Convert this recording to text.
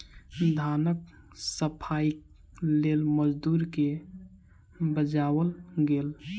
धानक सफाईक लेल मजदूर के बजाओल गेल